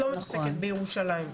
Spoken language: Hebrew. את לא מתעסקת בירושלים.